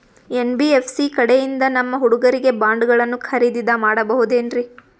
NBFC ಕಡೆಯಿಂದ ನಮ್ಮ ಹುಡುಗರಿಗೆ ಬಾಂಡ್ ಗಳನ್ನು ಖರೀದಿದ ಮಾಡಬಹುದೇನ್ರಿ?